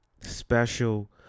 special